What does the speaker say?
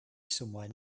somewhere